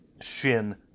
Shin